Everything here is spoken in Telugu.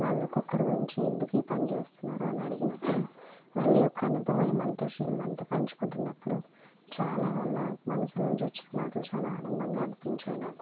వాళ్ళు ఒక్కొక్కరి గురించి ఎందుకు ఈ పని చేస్తున్నారు అని అడిగినప్పుడు వాళ్ళు యొక్క అనుభవాలు మనతో షేర్ మనతో పంచుకుంటునప్పుడు చాలా వాళ్ళ మనసులోంచి వచ్చిన మాటలు చాలా ఆనందంగా అనిపించాయి నాకు